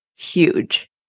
Huge